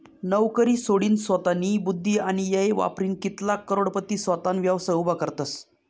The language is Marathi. नवकरी सोडीनसोतानी बुध्दी आणि येय वापरीन कित्लाग करोडपती सोताना व्यवसाय उभा करतसं